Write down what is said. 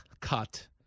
cut